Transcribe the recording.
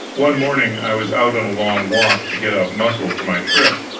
one morning i was out on a long walk to get up muscle for my trip,